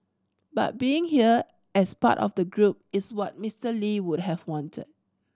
but being here as part of the group is what Mister Lee would have wanted